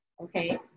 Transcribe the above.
okay